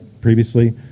previously